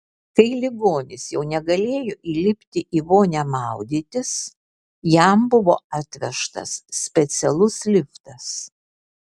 kai ligonis jau negalėjo įlipti į vonią maudytis jam buvo atvežtas specialus liftas